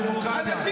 הדמוקרטיה.